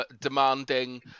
demanding